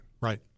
Right